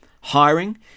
Hiring